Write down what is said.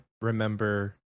remember